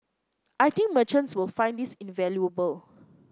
I think merchants will find this invaluable